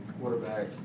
quarterback